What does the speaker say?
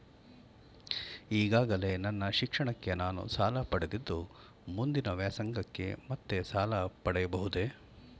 ಈಗಾಗಲೇ ನನ್ನ ಶಿಕ್ಷಣಕ್ಕೆ ನಾನು ಸಾಲ ಪಡೆದಿದ್ದು ಮುಂದಿನ ವ್ಯಾಸಂಗಕ್ಕೆ ಮತ್ತೆ ಸಾಲ ಪಡೆಯಬಹುದೇ?